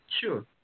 Sure